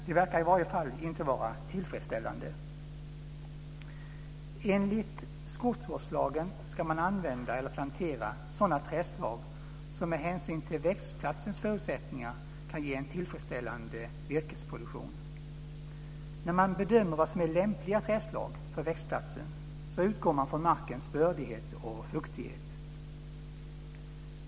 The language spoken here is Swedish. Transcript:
Det verkar i varje fall inte vara tillfredsställande. Enligt skogsvårdslagen ska man använda eller plantera sådana trädslag som med hänsyn till växtplatsens förutsättningar kan ge en tillfredsställande virkesproduktion. När man bedömer vad som är lämpliga trädslag för växtplatsen utgår man från markens bördighet och fuktighet.